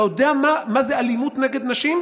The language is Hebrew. אתה יודע מה זה אלימות נגד נשים?